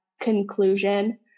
conclusion